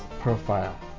profile